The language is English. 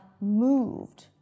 moved